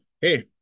hey